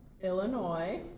Illinois